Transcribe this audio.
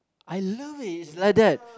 I love it it's like that